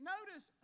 Notice